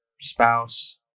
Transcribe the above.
spouse